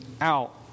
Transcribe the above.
out